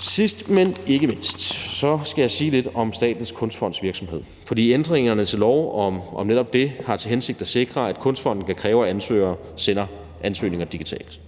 Sidst, men ikke mindst, skal jeg sige lidt om Statens Kunstfonds virksomhed, for ændringerne til lov om netop det har til hensigt at sikre, at Kunstfonden kan kræve, at ansøgere sender ansøgninger digitalt.